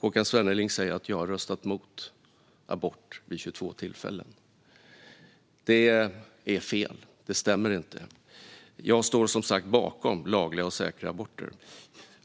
Håkan Svenneling säger att jag har röstat mot abort vid 22 tillfällen. Det är fel. Det stämmer inte. Jag står som sagt bakom lagliga och säkra aborter.